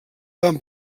van